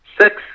six